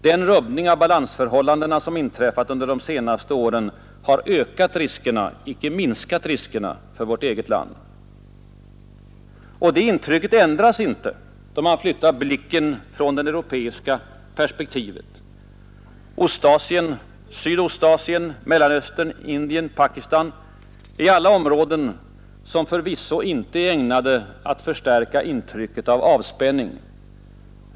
Den rubbning av balansförhållandena som inträffat under de senaste åren har ökat — icke minskat — riskerna för vårt eget land. Och det intrycket ändras inte då man flyttar blicken från det europeiska perspektivet. Ostasien, Sydostasien, Mellanöstern, Indien, Pakistan är alla områden som förvisso inte är ägnade att förstärka intrycket av avspänning.